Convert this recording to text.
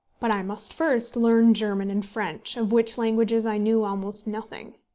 but i must first learn german and french, of which languages i knew almost nothing.